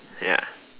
ya